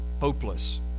hopeless